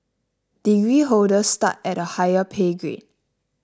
degree holders start at a higher pay grade